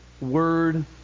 Word